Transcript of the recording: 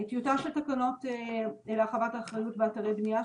טיוטה של תקנות להרחבת האחריות באתרי בנייה,